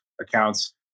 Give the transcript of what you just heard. accounts